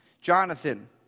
Jonathan